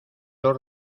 dos